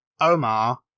Omar